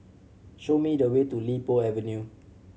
show me the way to Li Po Avenue